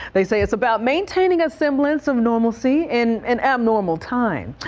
they say it's about maintaining a semblance of normalcy in and um normal time.